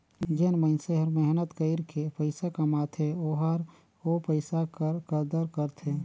जेन मइनसे हर मेहनत कइर के पइसा कमाथे ओहर ओ पइसा कर कदर करथे